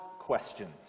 questions